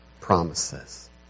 promises